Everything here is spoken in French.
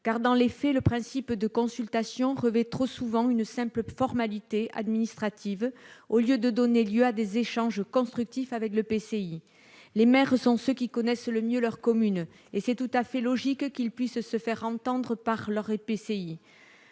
car, dans les faits, le principe de consultation revêt trop souvent la forme d'une simple formalité administrative, au lieu de donner lieu à des échanges constructifs avec l'EPCI. Les maires sont ceux qui connaissent le mieux leur commune, et il est tout à fait logique qu'ils puissent se faire entendre par leur EPCI.